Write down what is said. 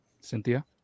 Cynthia